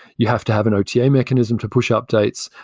you have to have an ota yeah mechanism to push updates,